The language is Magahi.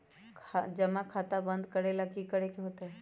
जमा खाता बंद करे ला की करे के होएत?